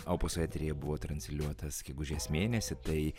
opuso eteryje buvo transliuotas gegužės mėnesį tai